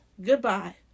Goodbye